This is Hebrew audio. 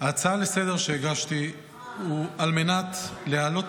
ההצעה לסדר-היום שהגשתי היא על מנת להעלות